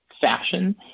fashion